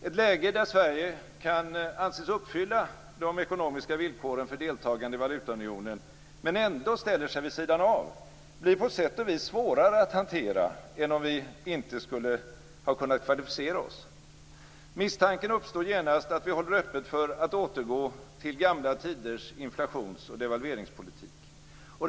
Ett läge där Sverige kan anses uppfylla de ekonomiska villkoren för deltagande i valutaunionen, men ändå ställer sig vid sidan av, blir på sätt och vis svårare att hantera än om vi inte skulle ha kunnat kvalificera oss. Misstanken uppstår genast att vi håller öppet för att återgå till gamla tiders inflations och devalveringspolitik.